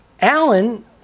Alan